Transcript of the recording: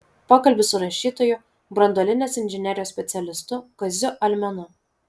pokalbis su rašytoju branduolinės inžinerijos specialistu kaziu almenu